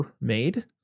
made